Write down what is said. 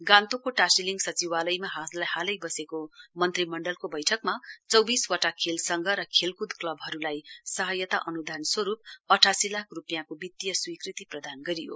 गान्तोकको टाशीलिङ सचिवालयमा हालै बसेको मन्त्रीमण्डलको बेठकमा चौबिस वटा खेल संघ र खेलक्द क्लाबहरुलाई सहायता अनुदान स्वरुप उन्साठी लाख रुपियाँको वितीय स्वीकृति प्रदान गरियो